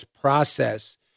process